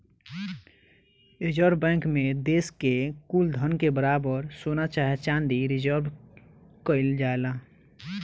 reserve bank मे देश के कुल धन के बराबर सोना चाहे चाँदी रिजर्व केइल जाला